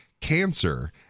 cancer